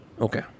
Okay